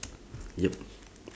yup